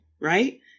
right